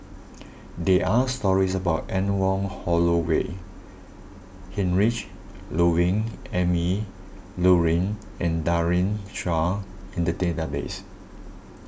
there are stories about Anne Wong Holloway Heinrich Ludwig Emil Luering and Daren Shiau in the database